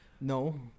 No